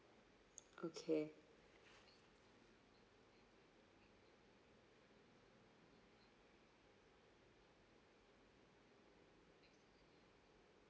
okay